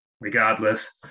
regardless